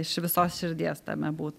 iš visos širdies tame būt